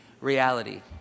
reality